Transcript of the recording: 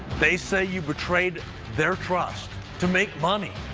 they say you betrayed their trust to make money.